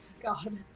God